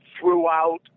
throughout